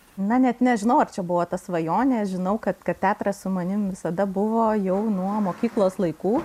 na net nežinau ar čia buvo ta svajonė žinau kad kad teatras su manim visada buvo jau nuo mokyklos laikų